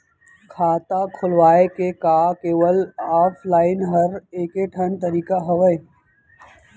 खाता खोलवाय के का केवल ऑफलाइन हर ऐकेठन तरीका हवय?